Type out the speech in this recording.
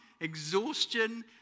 exhaustion